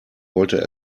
wollte